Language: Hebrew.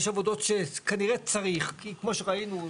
זה נכון.